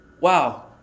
Wow